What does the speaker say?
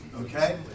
okay